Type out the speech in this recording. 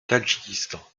tadjikistan